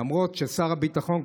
למרות ששר הביטחון,